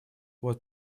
вот